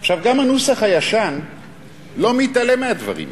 גם הנוסח הישן לא מתעלם מהדברים האלה.